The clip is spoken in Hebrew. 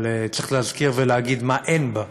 אבל צריך להזכיר ולהגיד מה אין בה: